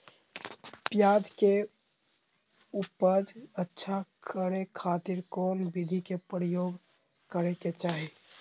प्याज के उपज अच्छा करे खातिर कौन विधि के प्रयोग करे के चाही?